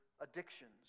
addictions